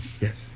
Yes